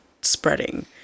spreading